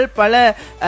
pala